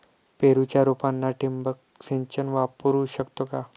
पेरूच्या रोपांना ठिबक सिंचन वापरू शकतो का?